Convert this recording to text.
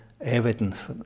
evidence